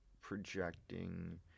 projecting